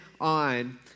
on